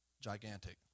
gigantic